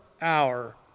hour